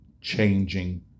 changing